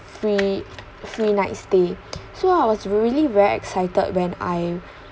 free free night stay so I was really very excited when I